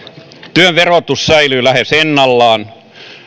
työn verotus säilyy lähes ennallaan